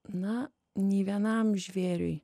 na nei vienam žvėriui